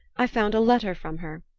i found a letter from her.